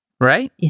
right